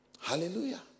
Hallelujah